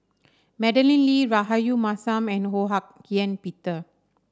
Madeleine Lee Rahayu Mahzam and Ho Hak Ean Peter